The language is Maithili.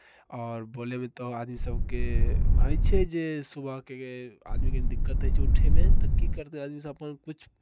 आओर बोलयमे तऽ आदमी सभकेँ होइ छै जे सुबहकेँ आदमीकेँ दिक्कत होइ छै उठयमे तऽ की करतै आदमीसभ अपन किछु